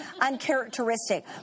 uncharacteristic